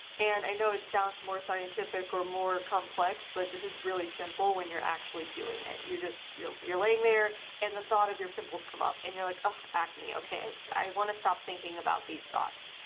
and i know it sounds more scientific or more complex, but this is really simple when you're actually doing it you're just you're you're laying there and the thought of your pimples come up and you're like ah acne okay so i want to stop thinking about these thoughts.